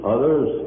Others